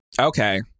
Okay